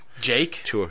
Jake